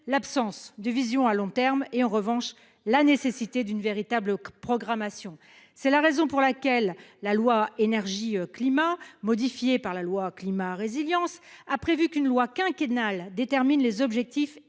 l'absence de vision à long terme et en revanche la nécessité d'une véritable programmation. C'est la raison pour laquelle la loi Énergie Climat modifié par la loi climat résilience a prévu qu'une loi quinquennale détermine les objectifs